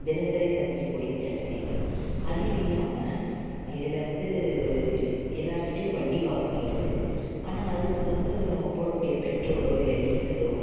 தினசரி சந்திக்கக்கூடிய பிரச்சனைகள் அது இல்லாம இதில் வந்து எல்லார்க்கிட்டையும் வண்டி வாகனம் இருக்குது ஆனால் அதுக்கு வந்து நம்ம போடக்கூடிய பெட்ரோலோ இல்லை டீசலோ